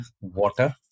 water